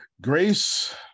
Grace